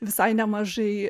visai nemažai